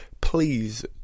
please